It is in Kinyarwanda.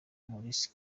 maurice